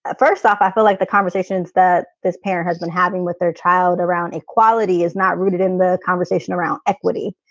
ah first off, i feel like the conversations that this pair has been having with their child around equality is not rooted in the conversation around equity.